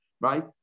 right